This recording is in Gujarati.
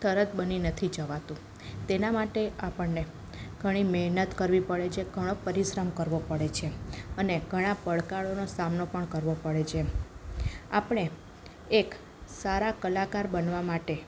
તરત બની નથી જવાતું તેના માટે આપણને ઘણી મહેનત કરવી પડે છે ઘણો પરિશ્રમ કરવો પડે છે અને ઘણા પડકારોનો સામનો પણ કરવો પડે છે આપણે એક સારા કલાકાર બનવા માટે